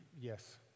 yes